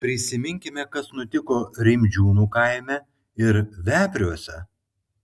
prisiminkime kas nutiko rimdžiūnų kaime ir vepriuose